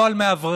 לא על מאווררים.